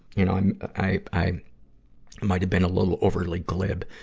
you know i'm, i, i might have been a little overly glib